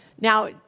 Now